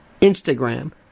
Instagram